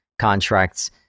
contracts